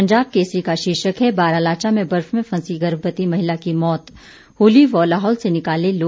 पंजाब केसरी का शीर्षक है बारालाचा में बर्फ में फंसी गर्भवती महिला की मौत होली व लाहौल से निकाले लोग